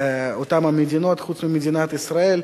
באותן המדינות, חוץ ממדינת ישראל.